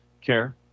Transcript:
care